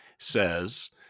says